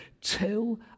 till